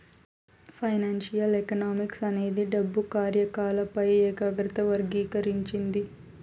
financial economics అనేది డబ్బు కార్యకాలపాలపై ఏకాగ్రత వర్గీకరించింది